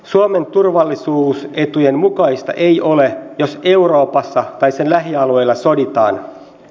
suomen turvallisuusetujen mukaista ei ole jos euroopassa tai sen lähialueilla soditaan